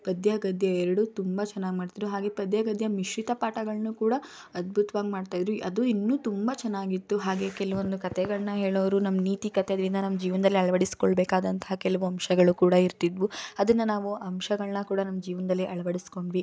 ಪದ್ಯ ಗದ್ಯ ಎರಡೂ ತುಂಬ ಚೆನ್ನಾಗಿ ಮಾಡ್ತಿದ್ರು ಹಾಗೆಯೇ ಪದ್ಯ ಗದ್ಯ ಮಿಶ್ರಿತ ಪಾಠಗಳನ್ನು ಕೂಡ ಅದ್ಭುತವಾಗಿ ಮಾಡ್ತಾಯಿದ್ರು ಅದು ಇನ್ನೂ ತುಂಬ ಚೆನ್ನಾಗಿತ್ತು ಹಾಗೆಯೇ ಕೆಲವೊಂದು ಕಥೆಗಳನ್ನ ಹೇಳೋರು ನಮ್ಮ ನೀತಿ ಕಥೆಗಳಿಂದ ನಮ್ಮ ಜೀವನದಲ್ಲಿ ಅಳವಡಿಸ್ಕೊಳ್ಳಬೇಕಾದಂತಹ ಕೆಲವು ಅಂಶಗಳು ಕೂಡ ಇರ್ತಿದ್ವು ಅದನ್ನು ನಾವು ಅಂಶಗಳನ್ನ ಕೂಡ ನಮ್ಮ ಜೀವನದಲ್ಲಿ ಅಳವಡಿಸಿಕೊಂಡ್ವಿ